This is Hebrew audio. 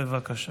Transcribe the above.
בבקשה.